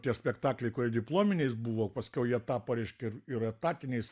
tie spektakliai kurie diplominiais buvo paskiau jie tapo reiškia ir ir etatiniais